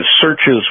searches